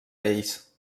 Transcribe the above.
ells